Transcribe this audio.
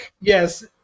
Yes